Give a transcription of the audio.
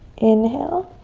inhale.